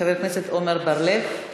חבר הכנסת עמר בר-לב,